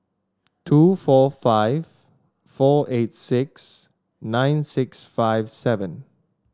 two four five four eight six nine six five seven